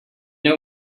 know